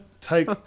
take